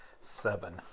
Seven